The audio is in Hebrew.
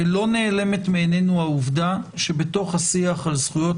לא נעלמת מעינינו העובדה שבתוך השיח על זכויות